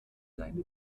seine